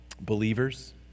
believers